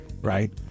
Right